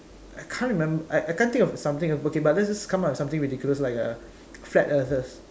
I can't remember I can't think of something okay but let's just come with something ridiculous like a flat Earther